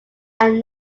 are